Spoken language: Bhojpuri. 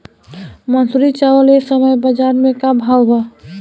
मंसूरी चावल एह समय बजार में का भाव बा?